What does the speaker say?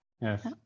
Yes